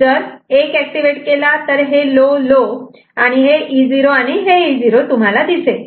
जर 1 ऍक्टिव्हेट केला तर हे लो लो आणि हे EO आणि EO तुम्हाला दिसेल